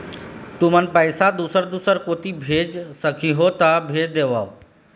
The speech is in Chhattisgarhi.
तुमन पैसा दूसर दूसर कोती भेज सखीहो ता भेज देवव?